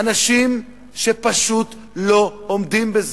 אנשים שפשוט לא עומדים בזה,